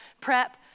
prep